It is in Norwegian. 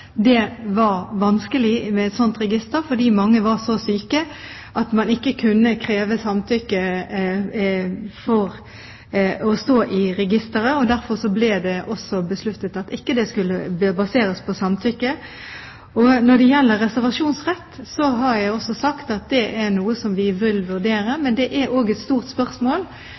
det var vanskelig med et slikt register fordi mange var så syke at man ikke kunne kreve samtykke for å stå i registeret. Derfor ble det også besluttet at det ikke skulle baseres på samtykke. Når det gjelder reservasjonsrett, har jeg også sagt at det er noe som vi vil vurdere. Det er også et stort spørsmål: